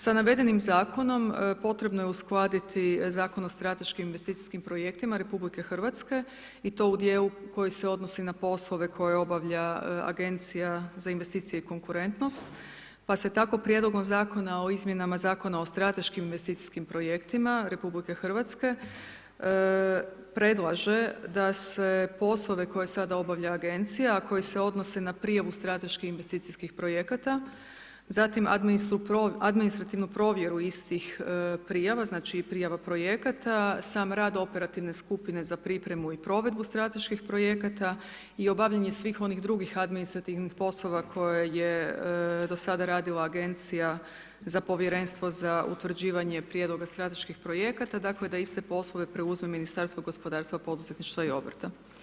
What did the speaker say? Sa navedenim Zakonom potrebno je uskladiti Zakon o strateškim investicijskim projektima RH i to u dijelu koji se odnosi na poslove koje obavlja Agencija za investicije i konkurentnost, pa se tako prijedlogom Zakona o izmjenama Zakona o strateškim investicijskim projektima RH predlaže da se poslove koje sada obavlja Agencija, a koje se odnose na prijavu strateških investicijskih projekata, zatim administrativnu provjeru istih prijava, znači, prijava projekata, sam rad operativne skupine za pripremu i provedbu strateških projekata i obavljanje svih onih drugih administrativnih poslova koje je do sada radila Agencija za povjerenstvo za utvrđivanje prijedloga strateških projekata, dakle, da iste poslove preuzme Ministarstvo gospodarstva, poduzetništva i obrta.